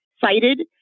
cited